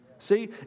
See